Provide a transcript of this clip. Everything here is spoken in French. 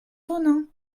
tonneins